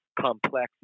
complex